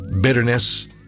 bitterness